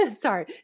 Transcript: sorry